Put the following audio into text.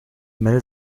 mel